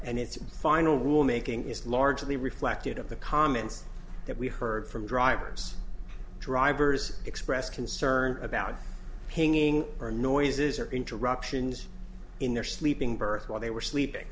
and its final rule making is largely reflective of the comments that we heard from drivers drivers expressed concern about pinging or noises or interruptions in their sleeping berth while they were sleeping